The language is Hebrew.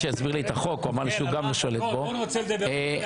הנושא הבא: הצעת חוק לתיקון פקודת מס הכנסה (פטור ממס במכירת מטבעות